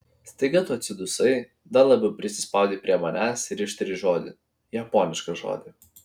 staiga tu atsidusai dar labiau prisispaudei prie manęs ir ištarei žodį japonišką žodį